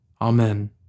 Amen